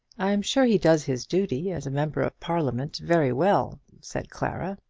i'm sure he does his duty as a member of parliament very well, said clara.